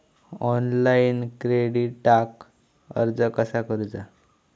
Online क्रेडिटाक अर्ज कसा करुचा?